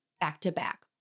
back-to-back